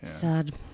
Sad